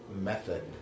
method